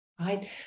right